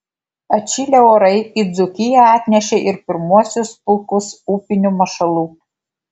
atšilę orai į dzūkiją atnešė ir pirmuosius pulkus upinių mašalų